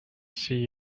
see